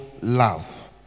love